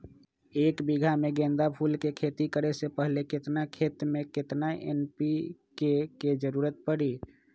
एक बीघा में गेंदा फूल के खेती करे से पहले केतना खेत में केतना एन.पी.के के जरूरत परी?